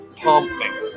pumping